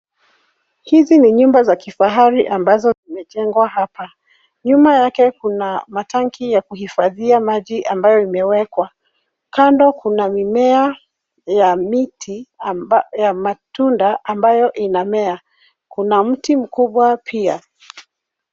Hizi ni nyumba za kifahari ambazo zimejengwa hapa. Nyuma yake kuna matanki ya kuhifadhia maji, ambayo yamewekwa .Kando kuna mimea ya miti ya matunda ambayo inamea. Kuna mti mkubwa pia .